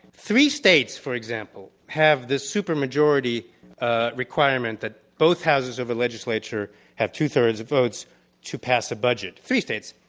three states, for example, have the super-majority ah requirement that both houses of a legislature have two-thirds votes to pass a budget, three states.